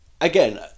again